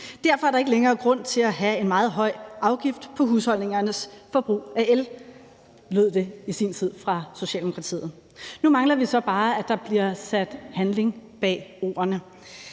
Derfor er der ikke længere grund til at have en meget høj afgift på husholdningernes forbrug af el.« Sådan lød det i sin tid fra Socialdemokratiet. Nu mangler vi så bare, at der bliver sat handling bag ordene.